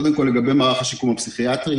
קודם כול לגבי מערך השיקום הפסיכיאטרי